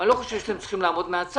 אני לא חושב שאתם צריכים לעמוד מהצד,